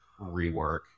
rework